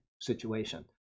situation